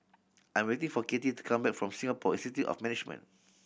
I'm waiting for Katy to come back from Singapore Institute of Management